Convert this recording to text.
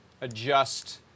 adjust